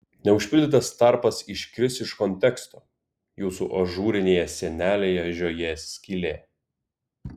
neužpildytas tarpas iškris iš konteksto jūsų ažūrinėje sienelėje žiojės skylė